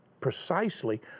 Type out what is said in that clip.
precisely